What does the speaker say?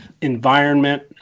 environment